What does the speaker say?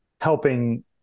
helping